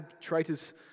Traitors